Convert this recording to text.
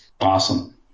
Awesome